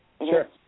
Sure